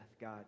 God